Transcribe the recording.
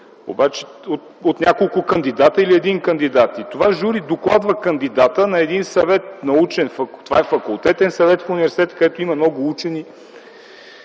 жури от няколко кандидата или един кандидат. И това жури докладва кандидата на един научен съвет. Това е факултетен съвет в университета, където има много учени.